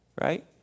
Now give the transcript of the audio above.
right